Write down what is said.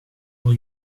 rue